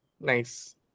nice